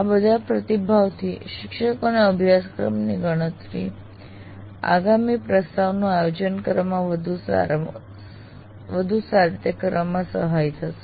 આ બધા પ્રતિભાવથી શિક્ષકને અભ્યાસક્રમની આગામી પ્રસ્તાવનું આયોજન વધુ સારી રીતે કરવામાં સહાય થશે